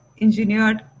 engineered